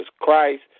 Christ